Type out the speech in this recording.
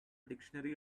dictionary